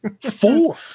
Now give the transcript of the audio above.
four